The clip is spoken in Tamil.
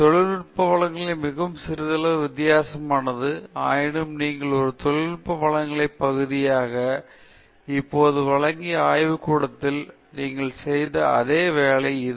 தொழில்நுட்ப வழங்கல் மிகவும் சிறிதளவு வித்தியாசமானது ஆயினும் நீங்கள் ஒரு தொழில்நுட்ப வழங்களின் பகுதியாக இப்போது வழங்கிய ஆய்வு கூடத்தில் நீங்கள் செய்த அதே வேலை இது